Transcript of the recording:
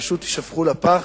פשוט יישפכו לפח,